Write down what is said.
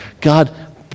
God